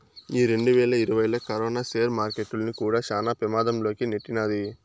ఈ రెండువేల ఇరవైలా కరోనా సేర్ మార్కెట్టుల్ని కూడా శాన పెమాధం లోకి నెట్టినాది